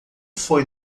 foi